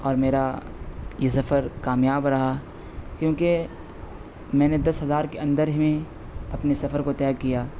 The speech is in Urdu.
اور میرا یہ سفر کامیاب رہا کیوںکہ میں نے دس ہزار کے اندر ہی میں اپنے سفر کو طے کیا